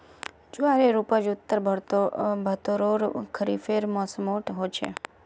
ज्वारेर उपज उत्तर भर्तोत खरिफेर मौसमोट होचे